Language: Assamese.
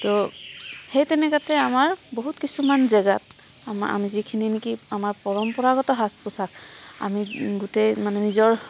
তহ সেই তেনেকাতে আমাৰ বহুত কিছুমান জেগাত আমি যিখিনি নেকি আমাৰ পৰম্পৰাগত সাজ পোচাক আমি গোটেই মানে নিজৰ